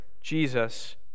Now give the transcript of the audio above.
Jesus